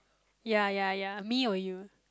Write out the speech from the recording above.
ya ya ya me or you